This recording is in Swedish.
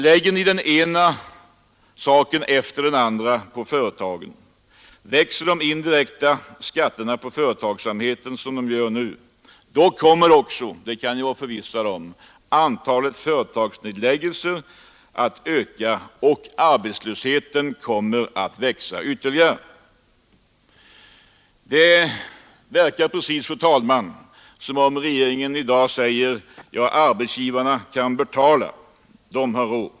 Lägger vi den ena bördan efter den andra på företagen, växer de indirekta skatterna på företagsamheten som de nu gör, då kommer också — det kan vi vara förvissade om — antalet företagsnedläggelser att öka och arbetslösheten kommer att växa ytterligare. Det verkar precis, fru talman, som om regeringen i dag säger: Ja, arbetsgivarna kan betala, de har råd!